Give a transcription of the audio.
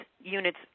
units